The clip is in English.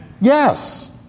Yes